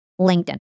LinkedIn